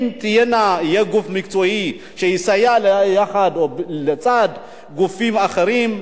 אם יהיה גוף מקצועי שיסייע לצד גופים אחרים,